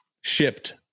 shipped